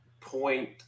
point